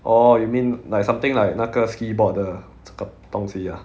orh you mean like something like 那个 sqkii bot 的这个东西 ah